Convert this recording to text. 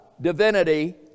divinity